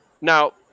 now